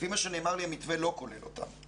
לפי מה שנאמר לי המתווה לא כולל אותם.